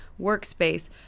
workspace